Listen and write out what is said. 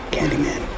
Candyman